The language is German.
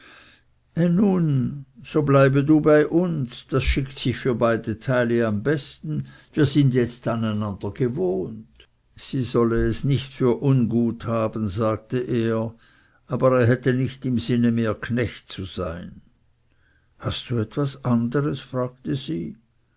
nun so bleibe du bei uns das schickt sich für beide teile am besten wir sind jetzt an einander gewohnt sie solle es nicht für ungut haben sagte er aber er hätte nicht im sinn mehr knecht zu sein hast du etwas anderes fragte sie